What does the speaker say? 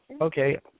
Okay